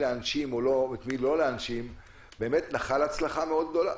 להנשים ואת מי לא להנשים באמת נחל הצלחה מאוד גדלה.